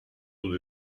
would